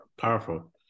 Powerful